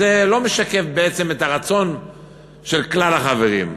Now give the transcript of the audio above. זה לא משקף בעצם את הרצון של כלל החברים,